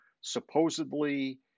supposedly